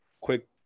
quick